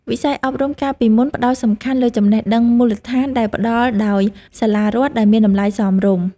វិស័យអប់រំកាលពីមុនផ្ដោតសំខាន់លើចំណេះដឹងមូលដ្ឋានដែលផ្ដល់ដោយសាលារដ្ឋដែលមានតម្លៃសមរម្យ។